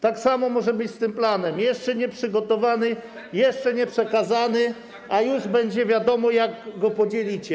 Tak samo może być z tym planem - jeszcze nieprzygotowany, jeszcze nieprzekazany a już będzie wiadomo, jak go podzielicie.